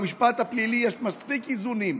במשפט הפלילי יש מספיק איזונים,